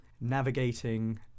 navigating